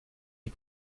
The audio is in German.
die